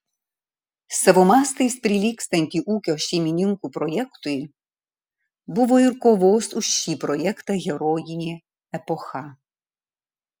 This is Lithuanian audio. savo mastais prilygstantį ūkio šeimininkų projektui buvo ir kovos už šį projektą herojinė epocha